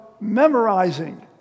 memorizing